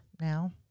now